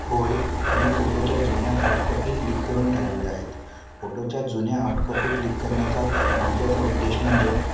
होय मी फोटोच्या जुन्या हार्डकॉपी क्लिक करून ठेवलेल्या आहेत फोटोच्या जुन्या हार्डकॉपी क्लिक करण्याचा महत्वाचा उद्देश म्हणजे